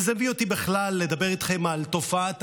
זה הביא אותי בכלל לדבר איתכם על תופעת,